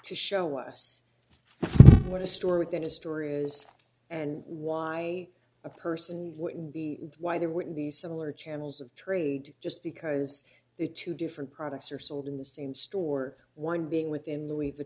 to show us what a store within a store is and why a person wouldn't be why there wouldn't be similar channels of trade just because the two different products are sold in the same store one being within